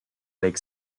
lake